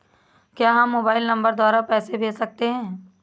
क्या हम mobile number द्वारा पैसे भेज सकते हैं?